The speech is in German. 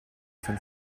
von